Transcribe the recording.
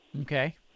Okay